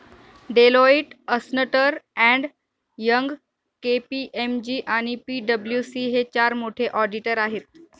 Deloitte, अस्न्टर and Young, KPMG आणि पी.डब्ल्यू.सी हे चार मोठे ऑडिटर आहेत